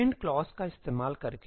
'depend' clause का इस्तेमाल करके